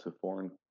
foreign